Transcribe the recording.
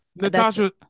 Natasha